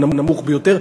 הנמוך ביותר,